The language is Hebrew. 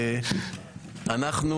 אנחנו